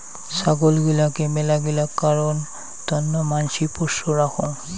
ছাগল গিলাকে মেলাগিলা কারণ তন্ন মানসি পোষ্য রাখঙ